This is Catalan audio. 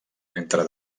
entre